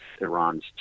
Iran's